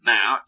Now